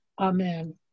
Amen